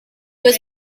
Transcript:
was